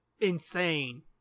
insane